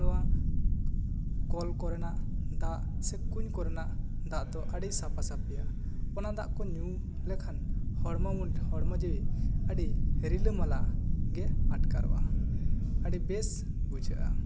ᱱᱚᱣᱟ ᱠᱚᱞ ᱠᱚᱨᱮᱱᱟᱜ ᱫᱟᱜ ᱥᱮ ᱠᱩᱧ ᱠᱚᱨᱮᱱᱟᱜ ᱫᱟᱜ ᱫᱚ ᱟᱹᱰᱤ ᱥᱟᱯᱷᱟ ᱥᱟᱹᱯᱷᱤᱭᱟ ᱚᱱᱟ ᱫᱟᱜ ᱠᱚ ᱧᱩ ᱞᱮᱠᱷᱟᱱ ᱦᱚᱲᱢᱚ ᱡᱤᱣᱤ ᱟᱹᱰᱤ ᱨᱤᱞᱟᱹᱢᱟᱞᱟ ᱜᱮ ᱟᱴᱠᱟᱨᱚᱜᱼᱟ ᱟᱹᱰᱤ ᱵᱮᱥ ᱵᱩᱡᱷᱟᱹᱜᱼᱟ